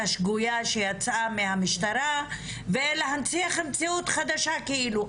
שגויה שיצאה מהמשטרה ולהנציח מציאות חדשה כאילו.